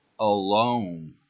Alone